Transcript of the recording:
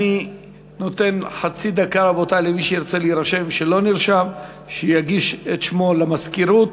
אני נותן חצי דקה למי שירצה להירשם ולא נרשם להגיש את שמו למזכירות.